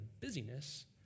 busyness